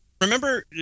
remember